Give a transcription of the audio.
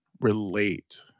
relate